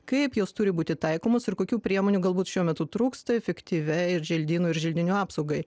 kaip jos turi būti taikomos ir kokių priemonių galbūt šiuo metu trūksta efektyviai ir želdynų ir želdinių apsaugai